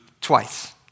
twice